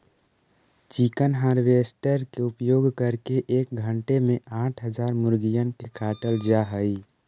chicken harvester के उपयोग करके एक घण्टे में आठ हजार मुर्गिअन के काटल जा हई